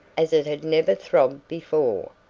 as it had never throbbed before.